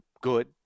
good